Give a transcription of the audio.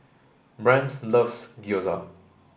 Brant loves Gyoza